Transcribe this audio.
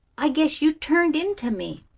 i guess you turned into me.